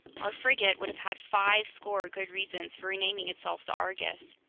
our frigate would have had fivescore good reasons for renaming itself the argus,